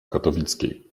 katowickiej